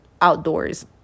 outdoors